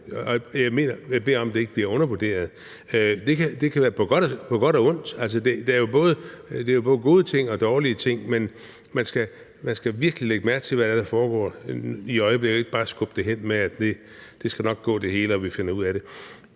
jeg beder om, at det ikke bliver undervurderet. Det kan være på godt og ondt. Der er jo både gode ting og dårlige ting, men man skal virkelig lægge mærke til, hvad det er, der foregår i øjeblikket, og ikke bare skubbe det hen og sige: Det hele skal nok gå det, og vi finder ud af det.